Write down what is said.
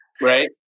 Right